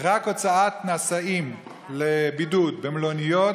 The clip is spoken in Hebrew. רק הוצאת נשאים לבידוד במלוניות